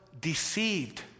deceived